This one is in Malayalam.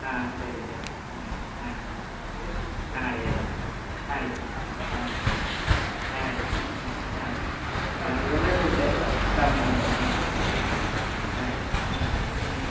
ആ ശരി ശരി ആ ആ ആയി ആയി ആയി ആ ആയി ഉം ആ അതെല്ലാം എത്തിച്ചേക്കാം സമയാവുമ്പം ആ ശരി ആയി